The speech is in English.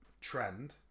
trend